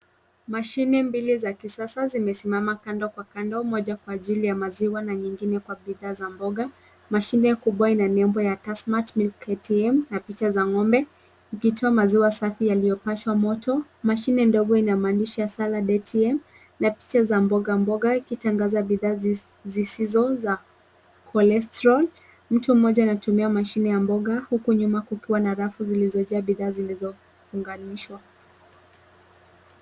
Mashine mbili za kisasa zimesimama kando kwa kando, moja kwa ajili ya maziwa na nyingine kwa bidhaa za mboga. Mashine kubwa ina nembo ya Tassmatt Milk ATM na picha za ng'ombe ikitoa maziwa safi yaliyopashwa moto. Mashine ndogo ina maandishi ya Salad ATM na picha za mboga mboga ikitangaza bidhaa zisizo za cholesterol . Mtu mmoja anatumia mashine ya mboga, huku nyuma kukiwa na rafu zilizojaa bidhaa zilizofunganishwa.